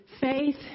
faith